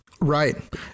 Right